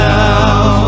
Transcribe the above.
now